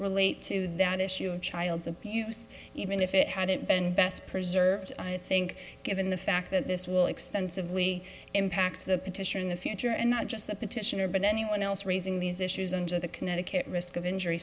relate to that issue of child abuse even if it hadn't been best preserved and i think given the fact that this will extensively impact the petition in the future and not just the petitioner but anyone else raising these issues and the connecticut risk of injury